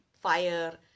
fire